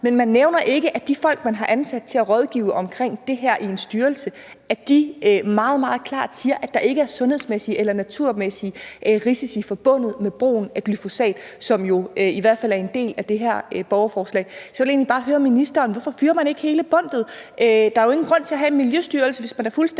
men man nævner ikke, at de folk, man har ansat til at rådgive om det her i en styrelse, meget, meget klart siger, at der ikke er sundhedsmæssige eller naturmæssige risici forbundet med brugen af glyfosat, som jo i hvert fald er en del af det her borgerforslag. Så jeg vil egentlig bare høre ministeren: Hvorfor fyrer man ikke hele bundtet? Der er jo ingen grund til at have miljøstyrelse, hvis man er fuldstændig